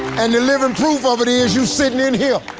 and the living proof of it is you're sitting in here.